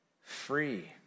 free